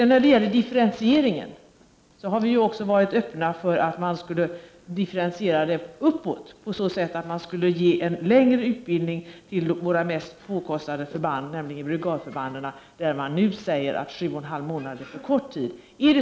När det gäller differentieringen har vi varit positiva till att man skulle kunna differentiera uppåt på så sätt att våra mest påkostade förband, brigadförbanden, skulle kunna få en längre utbildning. Beträffande dessa sägs det ju att 7,5 månader är en för kort tid.